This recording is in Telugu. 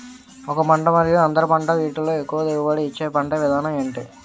ఒక పంట మరియు అంతర పంట వీటిలో ఎక్కువ దిగుబడి ఇచ్చే పంట విధానం ఏంటి?